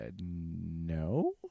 No